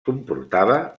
comportava